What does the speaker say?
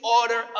order